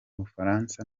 bufaransa